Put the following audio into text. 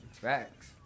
Facts